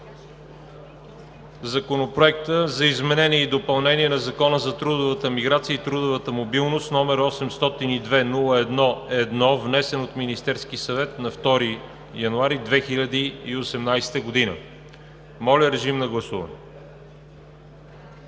Законопроект за изменение и допълнение на Закона за трудовата миграция и трудовата мобилност, № 802-01-1, внесен от Министерския съвет на 2 януари 2018 г. Гласували